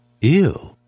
Ew